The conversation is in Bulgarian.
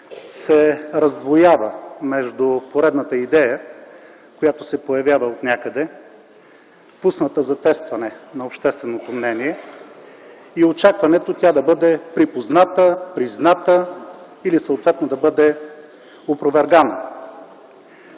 се раздвоява между поредната идея, която се появява отнякъде, пусната за тестване на общественото мнение, и очакването тя да бъде припозната, призната или съответно да бъде опровергана.